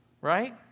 right